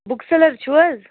book seller چھُ و حظ